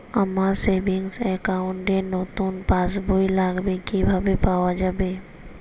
আমার savings account র নতুন পাসবই লাগবে কিভাবে পাওয়া যাবে?